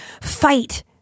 fight